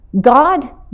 God